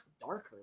darker